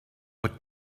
what